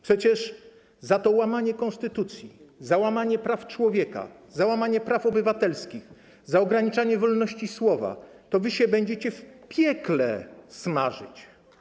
Przecież za to łamanie konstytucji, za łamanie praw człowieka, za łamanie praw obywatelskich, za ograniczanie wolności słowa to wy się będziecie w piekle smażyć.